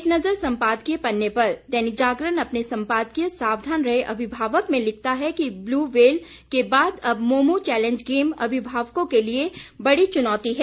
एक नज़र सम्पादकीय पन्ने पर दैनिक जागरण अपने सम्पादकीय सावधान रहें अभिभावक में लिखता है कि व्लू व्हेल के बाद अब मोमो चेंलेज गेम अभिभावकों के लिए बड़ी चुनौती है